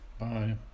Bye